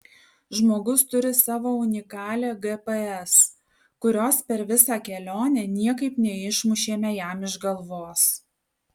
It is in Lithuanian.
žmogus turi savo unikalią gps kurios per visą kelionę niekaip neišmušėme jam iš galvos